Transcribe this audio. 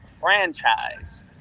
franchise